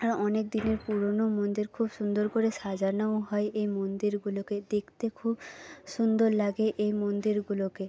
আর অনেক দিনের পুরোনো মন্দির খুব সুন্দর করে সাজানোও হয় এই মন্দিরগুলোকে দেখতে খুব সুন্দর লাগে এই মন্দিরগুলোকে